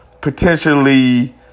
potentially